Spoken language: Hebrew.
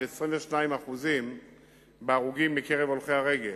של 22% בהרוגים מקרב הולכי-הרגל.